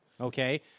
Okay